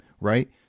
right